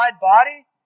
body